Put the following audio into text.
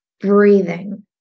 Breathing